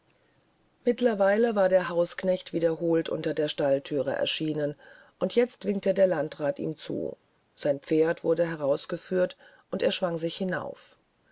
mittlerweile war der hausknecht wiederholt unter der stallthüre erschienen und jetzt winkte der landrat ihm zu sein pferd wurde herausgeführt und er schwang sich hinauf